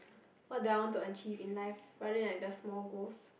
what do I want to achieve in life rather than just small goals